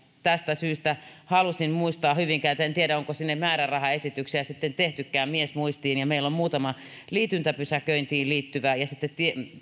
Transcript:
tästä syystä halusin muistaa hyvinkäätä en tiedä onko sinne määrärahaesityksiä sitten tehtykään miesmuistiin ja meillä on muutama liityntäpysäköintiin liittyvä ja sitten